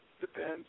depends